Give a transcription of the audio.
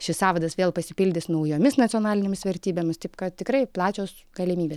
šis sąvadas vėl pasipildys naujomis nacionalinėmis vertybėmis taip kad tikrai plačios galimybės